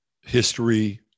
history